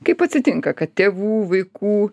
kaip atsitinka kad tėvų vaikų